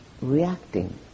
reacting